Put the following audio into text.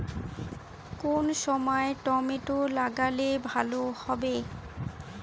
কোন সময় টমেটো লাগালে ভালো হবে?